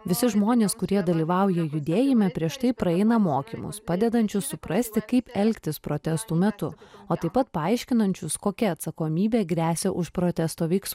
visi žmonės kurie dalyvauja judėjime prieš tai praeina mokymus padedančius suprasti kaip elgtis protestų metu o taip pat paaiškinančius kokia atsakomybė gresia už protesto veiks